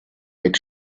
mit